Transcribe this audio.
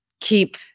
keep